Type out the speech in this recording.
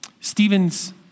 Stephen's